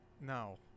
no